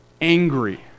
angry